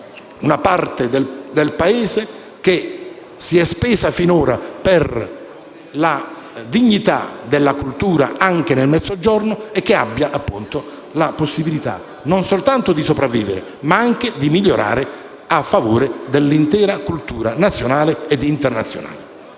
una parte del Paese, che si è spesa finora per la dignità della cultura, anche nel Mezzogiorno, affinché abbia la possibilità, non soltanto di sopravvivere, ma anche di migliorare tutto ciò, a favore dell'intera cultura nazionale e internazionale.